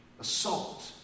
assault